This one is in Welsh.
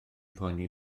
poeni